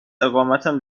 اقامتم